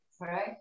Right